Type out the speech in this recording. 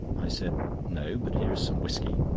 i said no but here is some whisky.